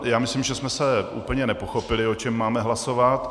Já myslím, že jsme úplně nepochopili, o čem máme hlasovat.